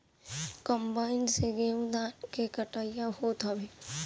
combine से गेंहू धान के कटिया होत हवे